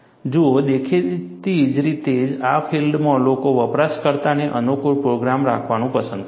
જુઓ દેખીતી રીતે જ આ ફિલ્ડમાં લોકો વપરાશકર્તાને અનુકૂળ પ્રોગ્રામ રાખવાનું પસંદ કરશે